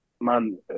man